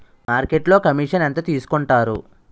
మార్కెట్లో కమిషన్ ఎంత తీసుకొంటారు?